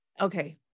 okay